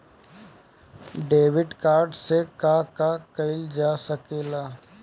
Debit card से का का कइल जा सके ला?